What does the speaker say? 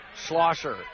Slosher